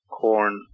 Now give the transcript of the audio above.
corn